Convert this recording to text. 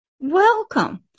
welcome